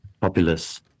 populace